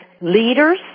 leaders